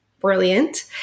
brilliant